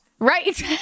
Right